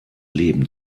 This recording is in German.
leben